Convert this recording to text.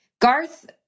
Garth